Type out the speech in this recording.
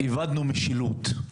איבדנו משילות.